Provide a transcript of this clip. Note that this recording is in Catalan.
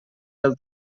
del